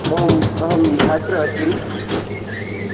ओम् अहं छात्रः अस्मि